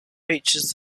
features